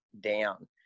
down